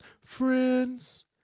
Friends